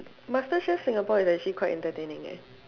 masterchef Singapore is actually quite entertaining eh